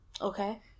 Okay